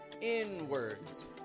inwards